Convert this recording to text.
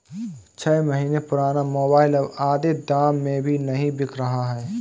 छह महीने पुराना मोबाइल अब आधे दाम में भी नही बिक रहा है